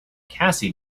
cassie